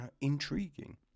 intriguing